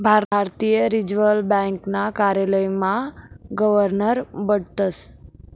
भारतीय रिजर्व ब्यांकना कार्यालयमा गवर्नर बठतस